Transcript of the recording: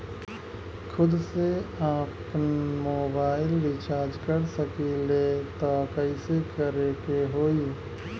खुद से आपनमोबाइल रीचार्ज कर सकिले त कइसे करे के होई?